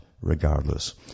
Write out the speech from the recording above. regardless